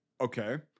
Okay